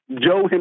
joe